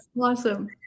Awesome